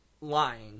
lying